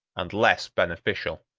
and less beneficial.